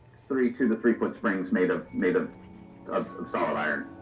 three two-to-three-foot springs made ah made of solid iron.